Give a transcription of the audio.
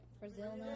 Brazil